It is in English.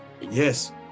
Yes